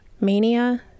mania